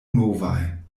novaj